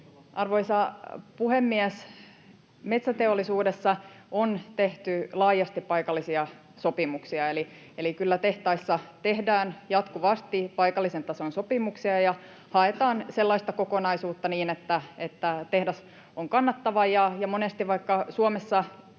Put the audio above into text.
Arvoisa puhemies! Metsäteollisuudessa on tehty laajasti paikallisia sopimuksia, eli kyllä tehtaissa tehdään jatkuvasti paikallisen tason sopimuksia ja haetaan sellaista kokonaisuutta niin, että tehdas on kannattava. Monesti vaikka Suomessa